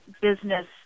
business